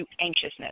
anxiousness